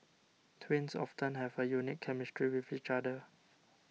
twins often have a unique chemistry with each other